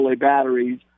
batteries